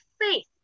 faith